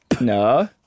No